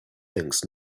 thinks